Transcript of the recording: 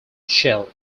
michael